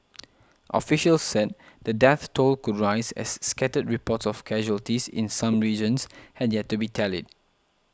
officials said the death toll could rise as scattered reports of casualties in some regions had yet to be tallied